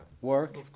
work